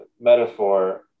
metaphor